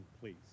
please